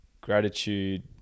gratitude